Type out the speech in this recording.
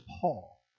Paul